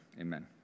Amen